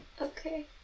Okay